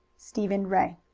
stephen ray.